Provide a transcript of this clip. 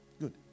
Good